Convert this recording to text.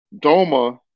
Doma